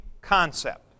concept